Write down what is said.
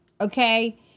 Okay